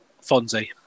Fonzie